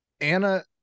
Anna